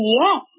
yes